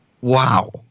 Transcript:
Wow